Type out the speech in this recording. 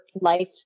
life